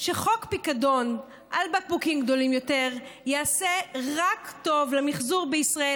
שחוק פיקדון על בקבוקים גדולים יותר יעשה רק טוב למחזור בישראל,